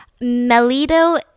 melito